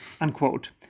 unquote